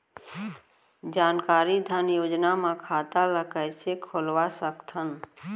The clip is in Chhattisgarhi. जानकारी धन योजना म खाता ल कइसे खोलवा सकथन?